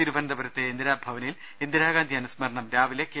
തിരുവനന്തപുരത്തെ ഇന്ദിരാ ഭവനിൽ ഇന്ദിരാഗാന്ധി അനുസ്മരണം രാവിലെ കെ